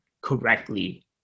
correctly